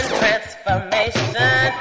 transformation